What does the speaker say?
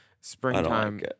springtime